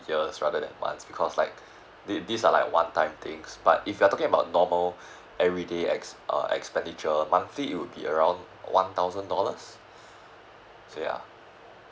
years rather than months because like these these are like one time thing but if you're talking about normal everyday ex~ uh expenditure monthly it will be around one thousand dollars say ya